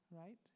right